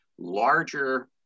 larger